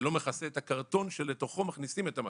זה לא מכסה את הקרטון שלתוכו מכניסים את המצות.